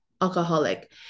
alcoholic